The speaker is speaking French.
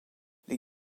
les